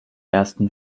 ersten